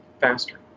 faster